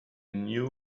new